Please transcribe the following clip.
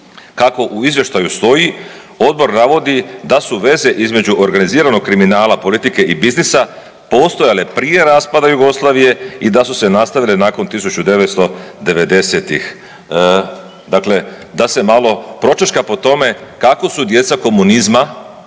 Kako u izvještaju stoji Odbor navodi da su veze između organiziranog kriminala politike i biznisa postojale prije raspada Jugoslavije i da su se nastavile nakon 1990-tih. Dakle, da se malo pročačka po tome kako su djeca komunizma